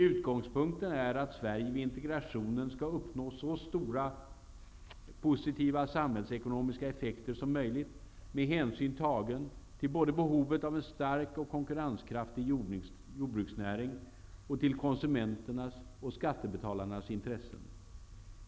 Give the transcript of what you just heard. Utgångspunkten är att Sverige vid integrationen skall uppnå så stora positiva samhällsekonomiska effekter som möjligt, med hänsyn tagen både till behovet av en stark och konkurrenskraftig jordbruksnäring och till konsumenternas och skattebetalarnas intressen.